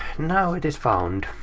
now it is found.